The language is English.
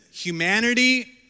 Humanity